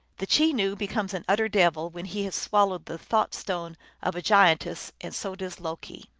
the chenoo becomes an utter devil when he has swallowed the thought stone of a giantess, and so does loki.